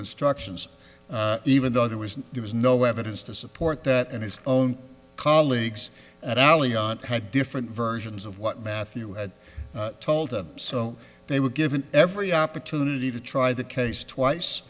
instructions even though there was there was no evidence to support that and his own colleagues at alli ont had different versions of what matthew had told them so they were given every opportunity to try the case twice